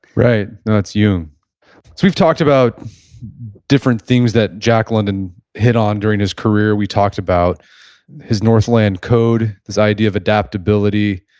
right, that's jung. so we've talked about different themes that jack london hit on during his career, we talked about his northland code, his idea of adaptability,